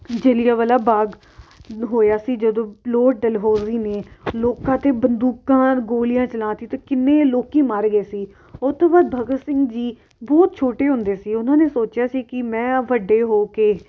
ਜਲ੍ਹਿਆਂਵਾਲਾ ਬਾਗ ਹੋਇਆ ਸੀ ਜਦੋਂ ਲੋਰਡ ਡਲਹੌਜ਼ੀ ਨੇ ਲੋਕਾਂ 'ਤੇ ਬੰਦੂਕਾਂ ਅਰ ਗੋਲੀਆਂ ਚਲਾਤੀਆ ਅਤੇ ਕਿੰਨੇ ਲੋਕ ਮਰ ਗਏ ਸੀ ਉਹਤੋਂ ਬਾਅਦ ਭਗਤ ਸਿੰਘ ਜੀ ਬਹੁਤ ਛੋਟੇ ਹੁੰਦੇ ਸੀ ਉਹਨਾਂ ਨੇ ਸੋਚਿਆ ਸੀ ਕਿ ਮੈਂ ਵੱਡੇ ਹੋ ਕੇ